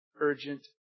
urgent